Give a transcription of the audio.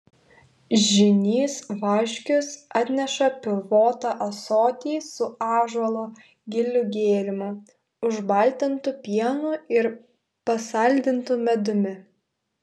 žynys vaškius atneša pilvotą ąsotį su ąžuolo gilių gėrimu užbaltintu pienu ir pasaldintu medumi